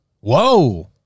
Whoa